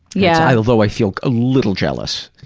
yeah. although i feel a little jealous